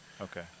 Okay